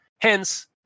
hence